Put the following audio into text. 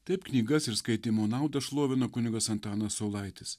taip knygas ir skaitymo naudą šlovina kunigas antanas saulaitis